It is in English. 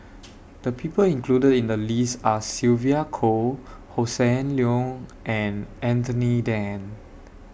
The People included in The list Are Sylvia Kho Hossan Leong and Anthony Then